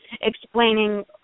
explaining